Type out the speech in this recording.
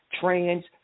trans